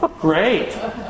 Great